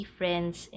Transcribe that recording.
friends